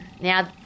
Now